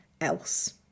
else